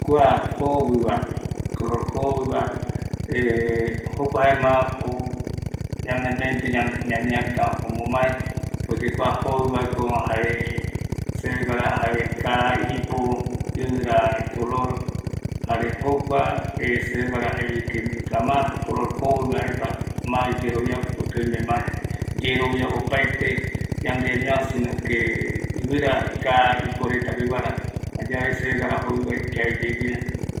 Jovi va aesa ye se ayemonguetaño ma aï oime esa kooo oï seve araja vaera jokua seyeipe vaeya je limon esa yae oime limon joviva jaema jokua ndie arata vae jau guarapu arata jau paraete.